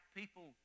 people